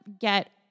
get